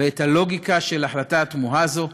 את הלוגיקה של ההחלטה התמוהה הזאת.